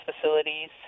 facilities